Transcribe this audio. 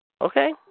Okay